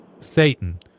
Satan